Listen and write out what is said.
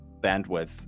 bandwidth